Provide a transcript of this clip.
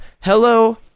Hello